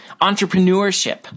entrepreneurship